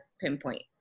pinpoint